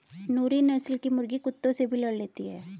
नूरी नस्ल की मुर्गी कुत्तों से भी लड़ लेती है